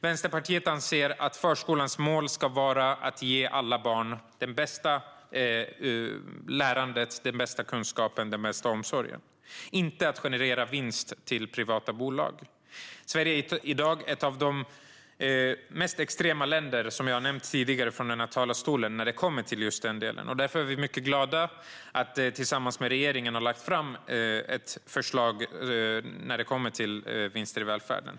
Vänsterpartiet anser att skolans mål ska vara att ge alla barn det bästa lärandet, kunskapen och omsorgen, inte att generera vinst till privata bolag. Sverige är i dag ett av de extremaste länderna när det gäller just detta. Därför är vi glada över att tillsammans med regeringen ha lagt fram ett förslag om vinster i välfärden.